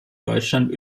deutschland